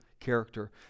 character